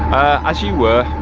as you were.